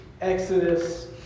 Exodus